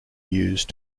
used